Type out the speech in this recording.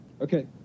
Okay